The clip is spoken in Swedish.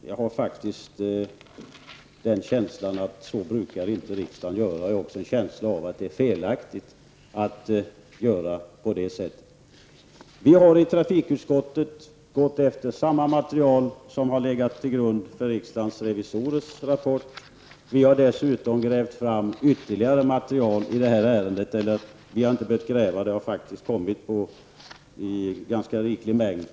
Jag har faktiskt en känsla av att riksdagen inte brukar göra så, och jag har också en känsla av att det är felaktigt att göra på det sättet. Vi har i trafikutskottet gått efter samma material som har legat till grund för riksdagens revisorers rapport. Vi har dessutom grävt fram ytterligare material i det här ärendet -- vi har egentligen inte behövt gräva, utan material har kommit in i ganska rikliga mängder.